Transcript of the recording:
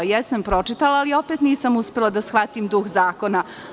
Jesam pročitala, ali opet nisam uspela da shvatim duh zakona.